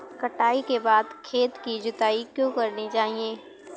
कटाई के बाद खेत की जुताई क्यो करनी चाहिए?